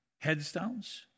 headstones